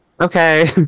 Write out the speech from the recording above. Okay